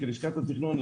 כלשכת התכנון,